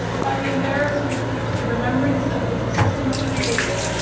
by the embarrassment which the remembrance of his assistance created.